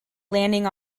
landing